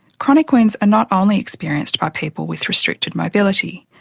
chronic wounds are not only experienced by people with restricted mobility.